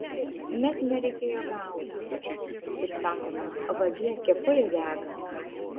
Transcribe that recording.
net nereikėjo gaudyti kaip sakoma vagie kepurė dega